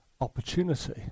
opportunity